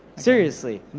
seriously.